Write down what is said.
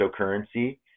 cryptocurrency